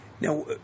Now